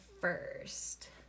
first